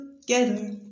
together